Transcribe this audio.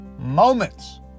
moments